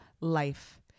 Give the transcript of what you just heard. life